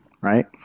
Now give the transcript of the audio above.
right